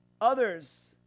Others